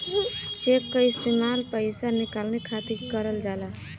check क इस्तेमाल पइसा निकाले खातिर करल जाला